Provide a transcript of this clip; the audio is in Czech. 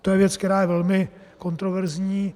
To je věc, která je velmi kontroverzní.